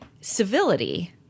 Civility